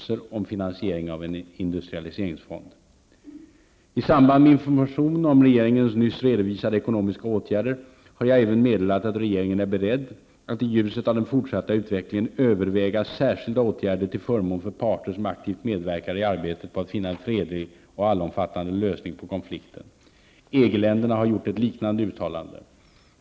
I samband med informationen om regeringens nyss redovisade ekonomiska åtgärder har jag även meddelat att regeringen är beredd, att i ljuset av den fortsatta utvecklingen, överväga särskilda åtgärder till förmån för parter som aktivt medverkar i arbetet med att finna en fredlig och allomfattande lösning på konflikten. EG-länderna har gjort ett liknande uttalande.